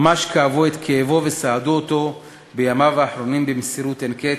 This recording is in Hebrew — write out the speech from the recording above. ממש כאבו את כאבו וסעדו אותו בימיו האחרונים במסירות אין קץ,